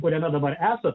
kuriame dabar esate